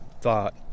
thought